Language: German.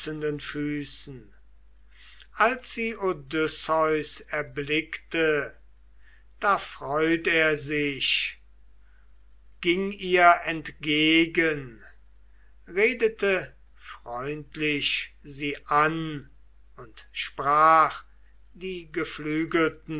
füßen als sie odysseus erblickte da freut er sich ging ihr entgegen redete freundlich sie an und sprach die geflügelten